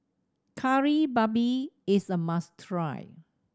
Kari Babi is a must try